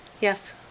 Yes